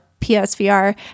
PSVR